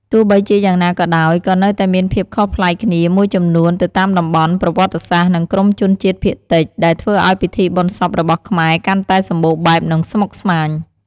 ទោះបីជាយ៉ាងណាក៏ដោយ ក៏នៅតែមានភាពខុសប្លែកគ្នាមួយចំនួនទៅតាមតំបន់ ប្រវត្តិសាស្ត្រ និងក្រុមជនជាតិភាគតិច ដែលធ្វើឱ្យពិធីបុណ្យសពរបស់ខ្មែរកាន់តែសម្បូរបែប និងស្មុគស្មាញ។